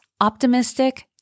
optimistic